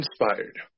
inspired